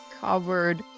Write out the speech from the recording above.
covered